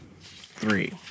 Three